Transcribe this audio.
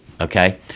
okay